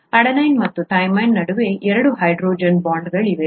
adenine ಮತ್ತು thymine ನಡುವೆ ಎರಡು ಹೈಡ್ರೋಜನ್ ಬಾಂಡ್ಗಳಿವೆ